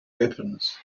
weapons